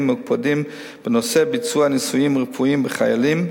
ומוקפדים בנושא ביצוע ניסויים רפואיים בחיילים,